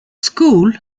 school